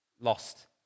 Lost